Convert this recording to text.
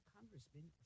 Congressman